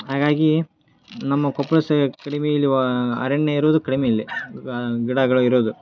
ಹಾಗಾಗಿ ನಮ್ಮ ಕೊಪ್ಪಳ ಸ ಕಡಿಮೆ ಇಲ್ಲಿ ವಾ ಅರಣ್ಯ ಇರೋದು ಕಡಿಮೆ ಇಲ್ಲಿ ಗಿಡಗಳು ಇರೋದು